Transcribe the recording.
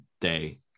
day